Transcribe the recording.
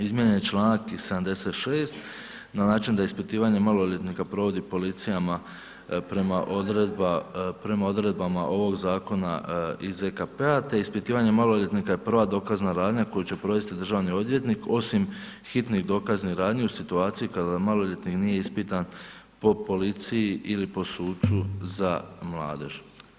Izmijenjen je članak i 76. na način da ispitivanje maloljetnika provodi policija prema odredbama ovog zakona i ZKP-a te ispitivanje maloljetnika je prva dokazna radnja koju će provesti državni odvjetnik osim hitnih dokaznih radnji u situaciji kada maloljetnik nije ispitan po policiji ili po sucu za mladež.